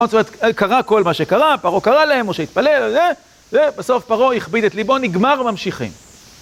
זאת אומרת, קרה כל מה שקרה, פרעו קרא להם, הוא שהתפלל, ובסוף פרעו הכביד את ליבו, נגמר וממשיכים.